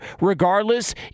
Regardless